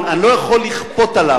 אני לא יכול לכפות עליו,